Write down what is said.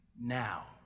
now